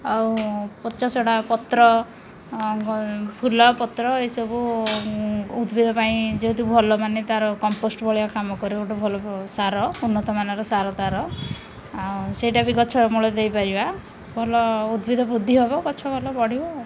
ଆଉ ପଚାସଢ଼ା ପତ୍ର ଫୁଲ ପତ୍ର ଏସବୁ ଉଦ୍ଭିଦ ପାଇଁ ଯେହେତୁ ଭଲ ମାନେ ତା'ର କମ୍ପୋଷ୍ଟ୍ ଭଳିଆ କାମ କରେ ଗୋଟେ ଭଲ ସାର ଉନ୍ନତମାନର ସାର ତା'ର ଆଉ ସେଇଟା ବି ଗଛମୂଳରେ ଦେଇପାରିବା ଭଲ ଉଦ୍ଭିଦ ବୃଦ୍ଧି ହେବ ଗଛ ଭଲ ବଢ଼ିବ